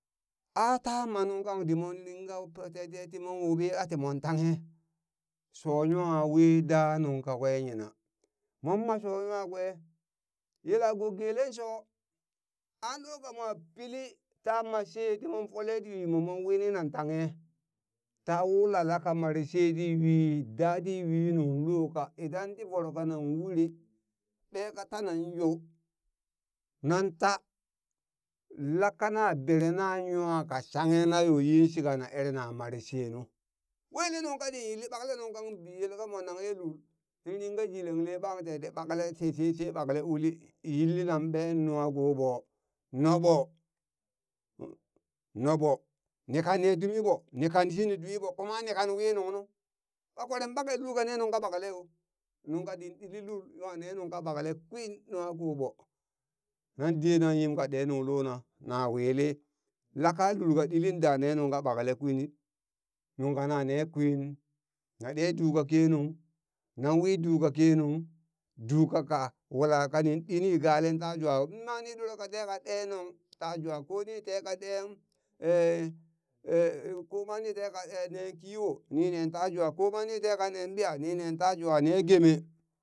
Ata ma nungkang timon ɗingan te te timon wuɓi a timon tanghe sho nwa we da nuŋ kakwe yina mon mat sho nwa kwe yelako gelen sho a lokamwa pili ta ma shee timon fole ti yumo mon winina nan tanghe ta wula laka mare she ti yui da ti yui nu loka idan ti voro kanang wuri ɓeka tanan yo nanta la kana berena nwa ka shanghe na yo yinshika na erna mare shenu wele nungkatin yilli ɓakle nungka biyele ka mon nanghe ye lul nin ringa jilenle ɓang te ti ɓakle ti shit she ɓakle ti uli yilli nan ɓe nungha koɓo noɓo noɓo ni kan ne tumi ɓo ni kan shina ɗwiɓo kuma ni kan wi nungnu, ɓa kweren ɓake lul kane nungka ɓakleyo? nungka tin ɗilli lul nwa ne nungka ɓakle kwin nwakoɓo nan dena yim kaɗe nuŋ lona na willi laka lul ka ɗili dane nunghka ɓakle kwini, nungka nane kwin na ɗe duu ka kenung nan wi duu ka kenung duu kaka wula ka ninɗi ni galen ta jwa inma ni ɗoren ka teka ɗe nuŋ ta jwa ko ni teen ka nee koma ni teka ɗe ne kiwo nine ta jwa koma ni tanka neen ɓiya nine ta jwa nine geme